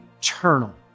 eternal